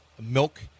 milk